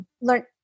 learn